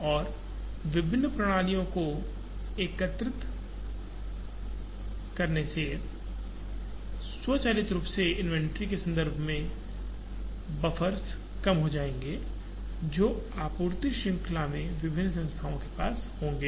और विभिन्न प्रणालियों को एकीकृत करने से स्वचालित रूप से इन्वेंट्री के संदर्भ में बफ़र्स कम हो जाएंगे जो आपूर्ति श्रृंखला में विभिन्न संस्थाओं के पास होंगे